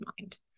mind